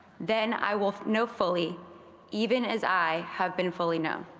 then i will know fully even as i have been fully known.